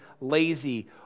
lazy